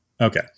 Okay